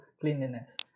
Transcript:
cleanliness